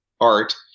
art